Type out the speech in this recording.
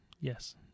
Yes